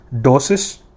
doses